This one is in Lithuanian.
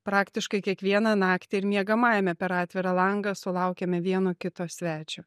praktiškai kiekvieną naktį ir miegamajame per atvirą langą sulaukiame vieno kito svečio